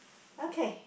okay